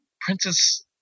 Princess